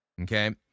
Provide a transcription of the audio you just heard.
Okay